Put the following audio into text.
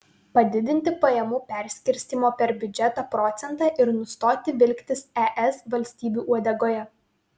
padidinti pajamų perskirstymo per biudžetą procentą ir nustoti vilktis es valstybių uodegoje